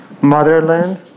Motherland